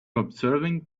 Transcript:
observing